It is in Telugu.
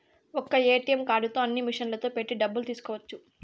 ఒక్క ఏటీఎం కార్డుతో అన్ని మిషన్లలో పెట్టి డబ్బులు తీసుకోవచ్చు